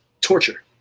torture